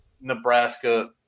Nebraska